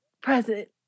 present